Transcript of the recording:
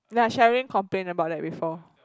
ya Sherralyn complain about that before